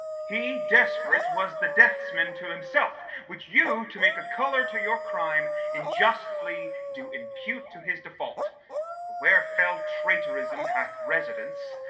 he, desperate, was the deathsman to himself, which you to make a color to your crime injustly do impute to his default, but where fell traitorism hath residence,